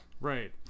Right